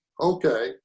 Okay